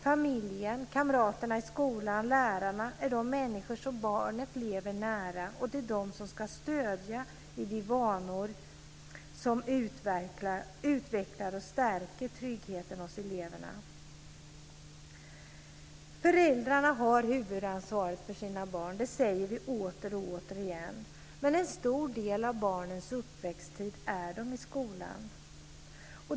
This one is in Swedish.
Familjen, kamraterna i skolan och lärarna är de människor som barnet lever nära, och det är de som ska stödja de vanor som utvecklar och stärker tryggheten hos eleverna. Föräldrarna har huvudansvaret för sina barn. Det säger vi åter och återigen. Men en stor del av sin uppväxttid är barnen i skolan.